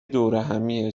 دورهمیه